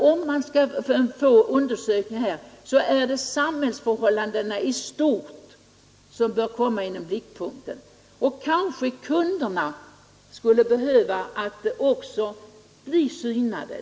Om man skall ha undersökningar bör de gälla samhällsförhållandena i stort. Kanske kunderna också skulle behöva bli synade.